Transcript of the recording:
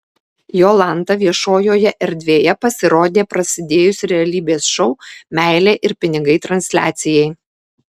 jolanta viešojoje erdvėje pasirodė prasidėjus realybės šou meilė ir pinigai transliacijai